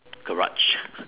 garage